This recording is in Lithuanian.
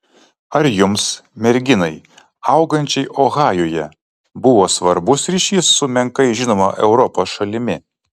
ar jums merginai augančiai ohajuje buvo svarbus ryšys su menkai žinoma europos šalimi